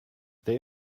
they